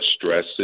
stress